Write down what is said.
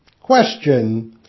Question